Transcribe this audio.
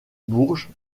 bourges